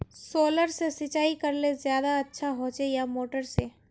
Solar से सिंचाई करले ज्यादा अच्छा होचे या मोटर से?